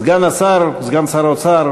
סגן שר האוצר,